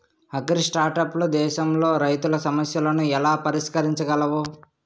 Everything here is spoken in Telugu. అగ్రిస్టార్టప్లు దేశంలోని రైతుల సమస్యలను ఎలా పరిష్కరించగలవు?